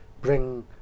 bring